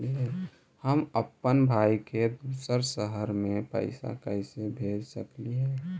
हम अप्पन भाई के दूसर शहर में पैसा कैसे भेज सकली हे?